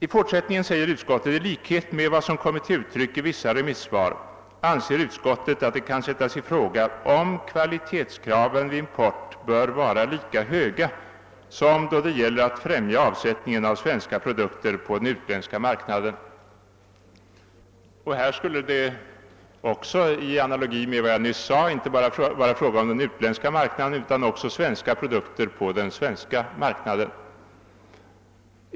I fortsättningen säger utskottet: >I likhet med vad som kommit till uttryck i vissa remissvar anser utskottet att det kan sättas i fråga om kvalitetskraven vid import bör vara lika böga som då det gäller att främja avsättningen av svenska produkter på den utländska marknaden.» Här skulle det också i analogi med vad jag nyss sade inte bara vara fråga om den utländska marknaden utan också gälla svenska produkter på den svenska marknaden.